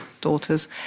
daughters